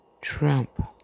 Trump